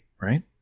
right